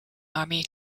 army